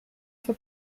für